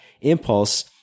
impulse